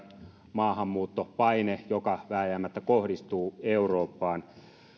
maahanmuuttopaine joka vääjäämättä kohdistuu eurooppaan